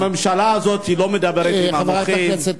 הממשלה הזאת לא מדברת עם המוחים,